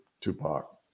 Tupac